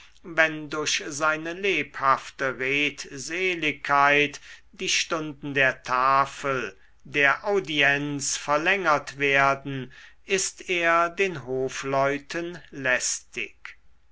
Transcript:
wenn durch seine lebhafte redseligkeit die stunden der tafel der audienz verlängert werden ist er den hofleuten lästig